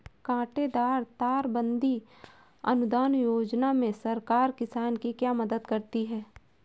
कांटेदार तार बंदी अनुदान योजना में सरकार किसान की क्या मदद करती है?